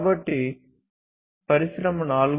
కాబట్టి పరిశ్రమ 4